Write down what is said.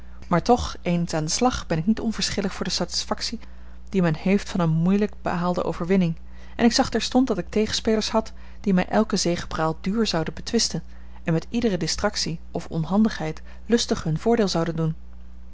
maar toch eens aan den slag ben ik niet onverschillig voor de satisfactie die men heeft van eene moeielijk behaalde overwinning en ik zag terstond dat ik tegenspelers had die mij elke zegepraal duur zouden betwisten en met iedere distractie of onhandigheid lustig hun voordeel zouden doen